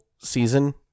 Season